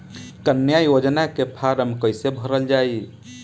कन्या योजना के फारम् कैसे भरल जाई?